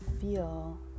feel